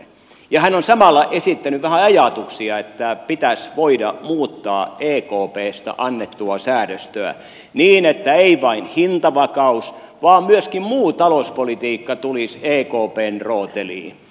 hän on samalla esittänyt vähän sellaisia ajatuksia että pitäisi voida muuttaa ekpstä annettua säädöstöä niin että ei vain hintavakaus vaan myöskin muu talouspolitiikka tulisi ekpn rooteliin